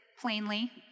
plainly